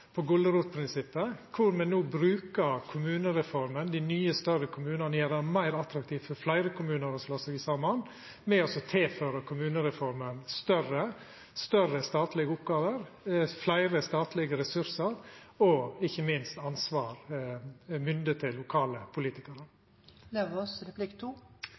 kor me no brukar kommunereforma og dei nye, større kommunane og gjer det meir attraktivt for fleire kommunar å slå seg saman ved å tilføra kommunereforma større statlege oppgåver, fleire statlege ressursar og ikkje minst ansvar og mynde til lokale politikarar.